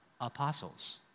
apostles